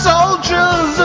Soldiers